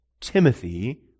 Timothy